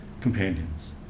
companions